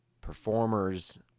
performers